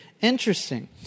interesting